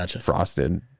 frosted